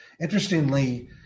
interestingly